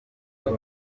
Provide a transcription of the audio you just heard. gute